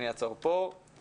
אני אעצור פה.